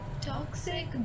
Toxic